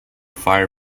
fire